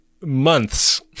months